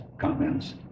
comments